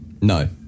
no